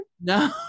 No